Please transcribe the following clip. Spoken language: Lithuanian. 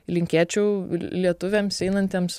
linkėčiau lietuviams einantiems